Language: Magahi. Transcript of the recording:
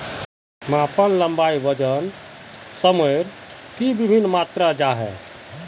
मापन लंबाई वजन सयमेर की वि भिन्न मात्र जाहा?